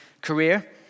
career